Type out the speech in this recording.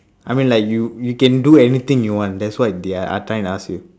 I mean like you you can do anything you want that's what they are trying to ask you